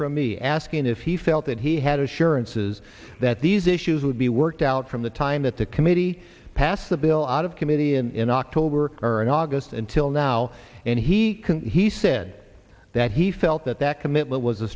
from me asking him if he felt that he had assurances that these issues would be worked out from the time that the committee passed the bill out of committee in october or in august until now and he can he said that he felt that that commitment was a